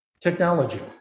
Technology